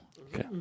Okay